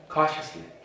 Cautiously